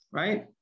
right